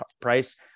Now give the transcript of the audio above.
price